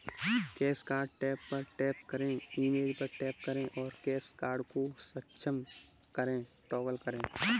cash card tab पर tap करें, image पर टैप करें और कैश कार्ड को सक्षम करें टॉगल करें